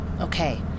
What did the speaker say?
Okay